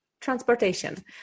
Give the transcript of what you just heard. transportation